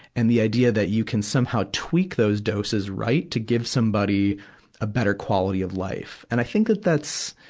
and the idea that you can somehow tweak those doses right to give somebody a better quality of life. and i think that that's,